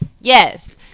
Yes